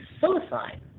suicide